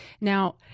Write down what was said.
Now